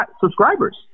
subscribers